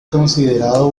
considerado